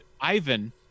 Ivan